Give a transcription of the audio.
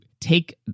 take